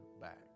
back